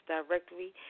Directory